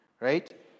Right